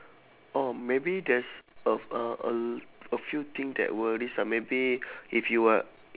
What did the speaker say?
oh maybe there's a a al~ a few thing that will risk ah maybe if you are